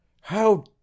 How